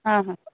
ହଁ ହଁ